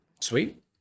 sweet